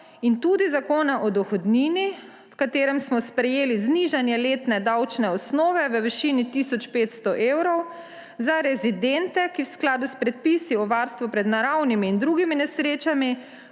in tudi Zakona o dohodnini, v katerem smo sprejeli znižanje letne davčne osnove v višini tisoč 500 evrov za rezidente, ki v skladu s predpisi o varstvu pred naravnimi in drugimi nesrečami